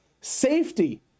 safety